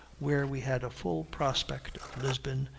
where we had a full prospect of lisbon,